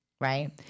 Right